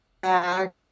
back